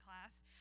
class